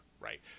right